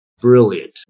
Brilliant